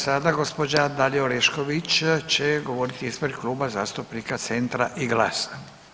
I sada gospođa Dalija Orešković će govoriti ispred Kluba zastupnika CENTRA i GLAS-a.